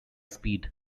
speed